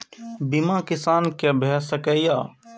बीमा किसान कै भ सके ये?